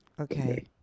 okay